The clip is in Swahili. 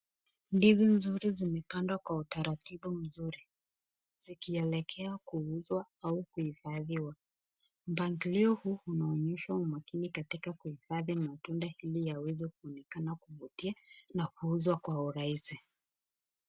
Ndizi nzuri zimepandwa kwa utaratibu mzuri. Zikielekea kuuzwa au kuhifadhiwa. Mpangilio huu unaonyesha umakini katika kuhifadhi matunda ili yaweze kuonekana kuvutia na kuuzwa kwa urahisi.